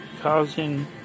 causing